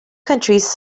countries